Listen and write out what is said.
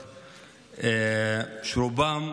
רובם,